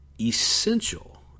essential